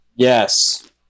Yes